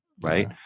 right